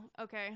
okay